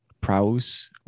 praus